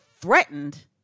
threatened